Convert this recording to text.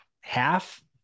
half